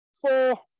four